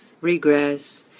regress